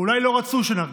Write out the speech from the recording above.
אולי לא רצו שנרגיש.